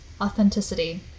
Authenticity